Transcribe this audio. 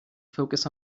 focus